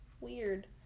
Weird